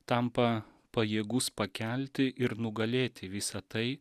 tampa pajėgus pakelti ir nugalėti visa tai